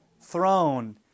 throne